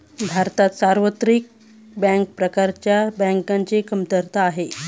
भारतात सार्वत्रिक बँक प्रकारच्या बँकांची कमतरता आहे